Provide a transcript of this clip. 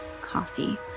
coffee